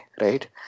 right